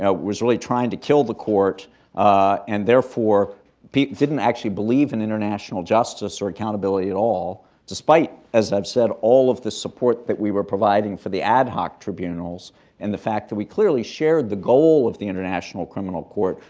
was really trying to kill the court and therefore didn't actually believe in international justice or accountability at all despite, as i've said, all of the support that we were providing for the ad hoc tribunals and the fact that we clearly shared the goal of the international criminal court,